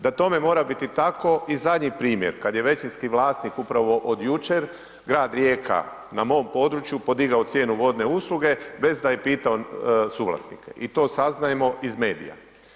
Da tome mora biti tako i zadnji primjer, kad je većinski vlasnik upravo od jučer, grad Rijeka na mom području, podigao cijenu vodne usluge bez da je pitao suvlasnike to saznajemo iz medija.